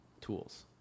tools